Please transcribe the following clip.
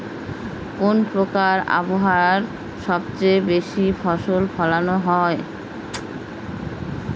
কোন প্রকার আবহাওয়ায় সবচেয়ে বেশি ফসল ফলানো সম্ভব হয়?